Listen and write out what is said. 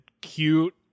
cute